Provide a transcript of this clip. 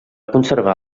conservar